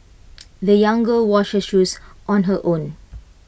the young girl washed her shoes on her own